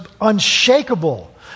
unshakable